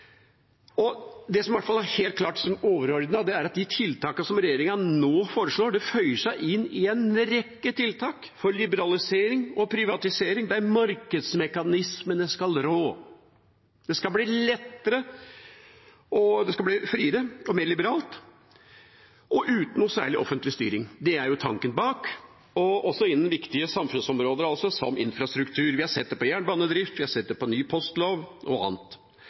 som i hvert fall helt klart er overordnet, er at de tiltakene som regjeringa nå foreslår, føyer seg inn i en rekke tiltak for liberalisering og privatisering der markedsmekanismene skal rå. Det skal bli lettere, og det skal bli friere, mer liberalt og uten noe særlig offentlig styring – det er tanken bak – også innen viktige samfunnsområder som infrastruktur. Vi har sett det på jernbanedrift, vi har sett det på ny postlov og annet.